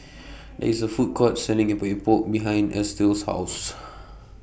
There IS A Food Court Selling Epok Epok behind Estill's House